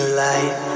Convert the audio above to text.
light